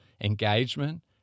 engagement